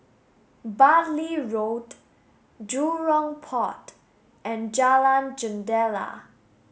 Bartley Road Jurong Port and Jalan Jendela